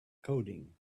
coding